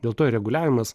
dėl to ir reguliavimas